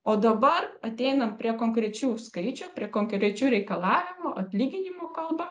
o dabar ateinam prie konkrečių skaičių prie konkrečių reikalavimų atlyginimų kalba